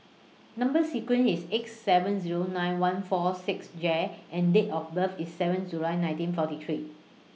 Number sequence IS X seven Zero nine one four six J and Date of birth IS seven July nineteen forty three